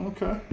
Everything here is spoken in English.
Okay